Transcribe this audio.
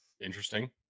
Interesting